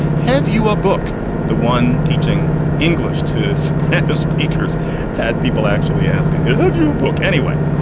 have you a book the one teaching english to so speakers had people actually asking you, have you a book? anyway,